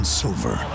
silver